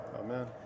Amen